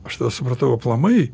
aš tada supratau aplamai